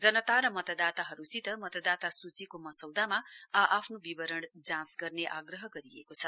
जनता र मतदाताहरूसित मतदाता सूचीको मसौदामा आ आफ्नो विवरण जाँच गर्ने आग्रह गरिएको छ